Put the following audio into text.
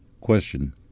Question